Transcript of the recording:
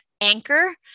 anchor